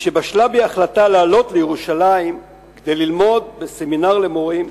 משבשלה בי ההחלטה לעלות לירושלים כדי ללמוד בסמינר למורים,